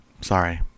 Sorry